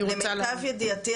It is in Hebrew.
למיטב ידיעתי,